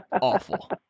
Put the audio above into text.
awful